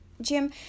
Jim